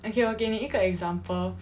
okay 我给你一个 example